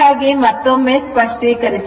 ಹಾಗಾಗಿ ಮತ್ತೊಮ್ಮೆ ಸ್ಪಷ್ಟೀಕರಿ ಸೋಣ